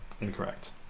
Incorrect